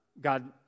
God